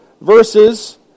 verses